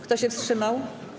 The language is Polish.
Kto się wstrzymał?